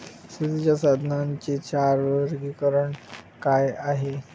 शेतीच्या साधनांचे चार वर्गीकरण काय आहे?